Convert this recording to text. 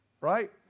right